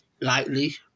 lightly